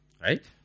right